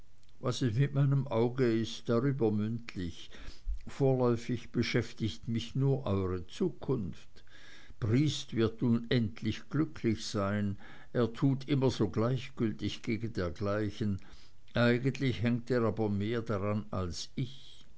was es mit meinem auge ist darüber mündlich vorläufig beschäftigt mich nur eure zukunft briest wird unendlich glücklich sein er tut immer so gleichgültig gegen dergleichen eigentlich hängt er aber mehr daran als ich